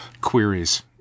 Queries